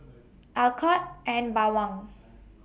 Alcott and Bawang